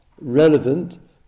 relevant